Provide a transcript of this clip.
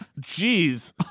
Jeez